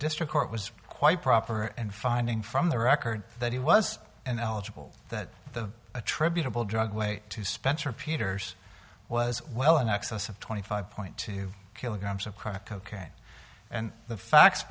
district court was quite proper and finding from the record that he was and eligible that the attributable drug way to spencer peters was well in excess of twenty five point two kilograms of crack cocaine and the facts